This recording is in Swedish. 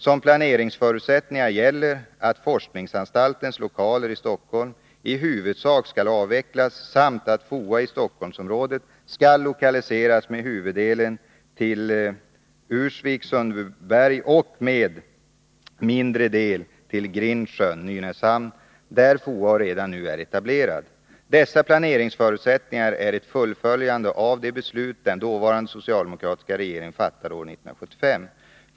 Som planeringsförutsättningar gäller att forskningsanstaltens lokaler i Stockholm i huvudsak skall avvecklas samt att FOA i Stockholmsområdet skall lokaliseras med huvuddelen till Ursvik och med mindre del till Grindsjön , där FOA redan nu är etablerad. Dessa planeringsförutsättningar är ett fullföljande av det beslut den dåvarande socialdemokratiska regeringen fattade år 1975.